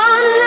One